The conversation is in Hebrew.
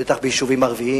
בטח ביישובים ערביים